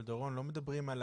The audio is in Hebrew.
אבל דורון, לא מדברים על